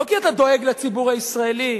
לא כי אתה דואג לציבור הישראלי,